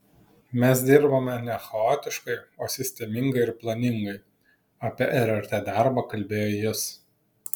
mes dirbame ne chaotiškai o sistemingai ir planingai apie rrt darbą kalbėjo jis